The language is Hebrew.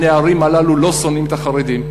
הנערים הללו לא שונאים את החרדים,